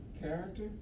character